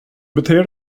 beter